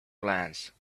glance